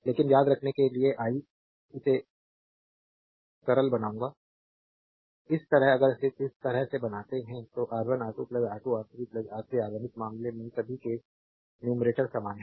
लेकिन याद रखने के लिए आई इसे सरल बनाऊंगा इस तरह अगर सिर्फ इस तरह से बनाते हैं तो R1 R2 R2R3 R3R1 इस मामले में सभी केस न्यूमेरेटर समान हैं